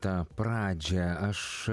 tą pradžią aš